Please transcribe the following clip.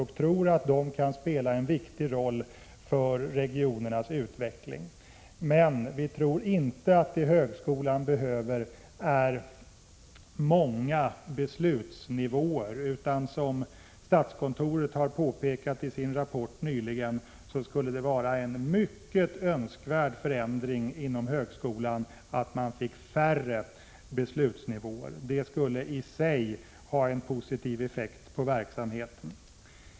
Vi tror att de kan spela en viktig roll för regionernas utveckling, men vi tror inte att högskolan behöver många beslutsnivåer. Som statskontoret påpekade i sin rapport nyligen vore det mycket önskvärt, om man finge färre beslutsnivåer när det gäller högskolan. Detta skulle i sig ha en positiv effekt på verksamheten.